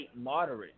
moderate